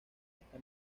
esta